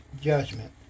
judgment